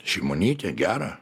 šimonytė gera